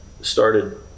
started